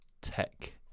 tech